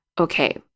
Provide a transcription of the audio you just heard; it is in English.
Okay